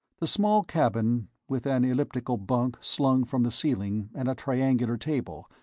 the small cabin, with an elliptical bunk slung from the ceiling and a triangular table,